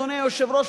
אדוני היושב-ראש,